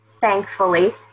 thankfully